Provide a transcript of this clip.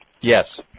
Yes